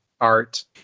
Art